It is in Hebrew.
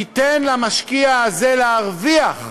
תיתן למשקיע הזה להרוויח,